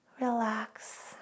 Relax